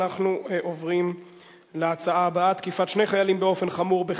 אנחנו עוברים לנושא הבא: תקיפה חמורה של שני חיילים בחיפה,